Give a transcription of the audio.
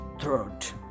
throat